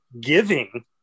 giving